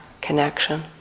connection